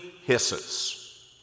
hisses